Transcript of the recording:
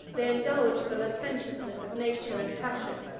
they indulge the licentiousness of nature and passion.